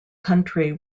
country